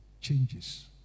changes